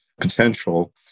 potential